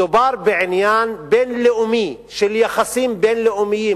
מדובר בעניין בין-לאומי של יחסים בין-לאומיים,